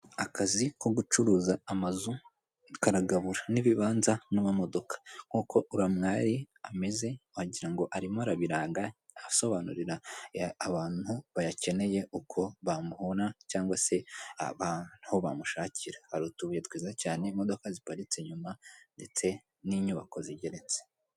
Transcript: Akazi ko gucuruza amazu karagabura, n'ibibanza n'amamodoka, nkuko uriya mwari ameze wagira ngo arimo arabiranga, asobanurira abantu bayakeneye uko bamubona cyangwa se aho bamushakira, hari utubuye twiza cyane, imodoka ziparitse inyuma ndetse n'inyubako zigeretse.